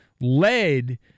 led